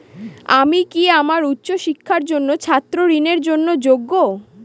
আমি কি আমার উচ্চ শিক্ষার জন্য ছাত্র ঋণের জন্য যোগ্য?